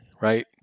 right